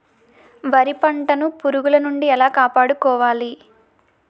వరి పంటను పురుగుల నుండి ఎలా కాపాడుకోవాలి?